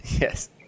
Yes